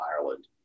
Ireland